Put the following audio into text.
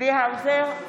צבי האוזר,